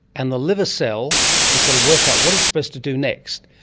and the liver cell has got to work out what it's supposed to do next,